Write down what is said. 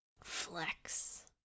Flex